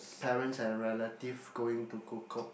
parents and relatives going to Kukup